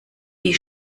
die